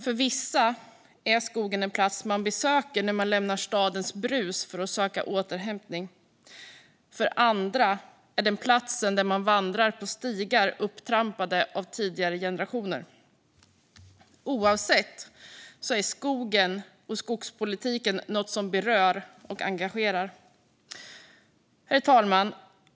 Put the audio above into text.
För vissa är skogen en plats man besöker när man lämnar stadens brus för att söka återhämtning, för andra är den platsen där man vandrar på stigar upptrampade av tidigare generationer. Oavsett det är skogen och skogspolitiken något som berör och engagerar. Herr talman!